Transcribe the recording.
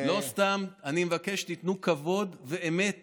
לא סתם אני מבקש שתיתנו כבוד ואמת